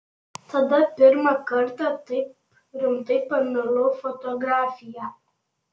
tada pirmą kartą taip rimtai pamilau fotografiją